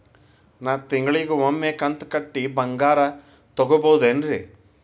ನಾ ತಿಂಗಳಿಗ ಒಮ್ಮೆ ಕಂತ ಕಟ್ಟಿ ಬಂಗಾರ ತಗೋಬಹುದೇನ್ರಿ?